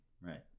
right